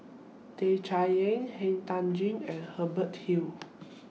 Tan Chay Yan Han Tan Juan and Hubert Hill